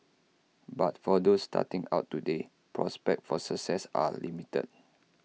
but for those starting out today prospects for success are limited